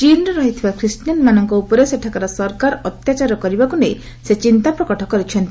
ଚୀନରେ ରହିଥିବା ଖ୍ରୀଷ୍ଟିଆନମାନଙ୍କ ଉପରେ ସେଠାକାର ସରକାର ଅତ୍ୟାଚାର କରିବାକୁ ନେଇ ସେ ଚିନ୍ତାପ୍ରକଟ କରିଛନ୍ତି